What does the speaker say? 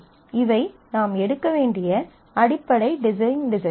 இவை நாம் எடுக்க வேண்டிய அடிப்படை டிசைன் டெஸிஸன்ஸ்